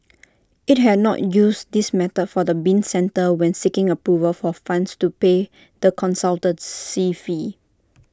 IT had not used this method for the bin centre when seeking approval for funds to pay the consultancy fee